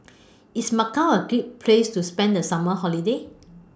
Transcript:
IS Macau A Great Place to spend The Summer Holiday